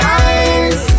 eyes